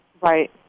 Right